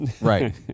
Right